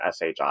SHI